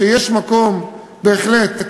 בהחלט,